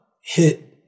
hit